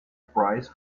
price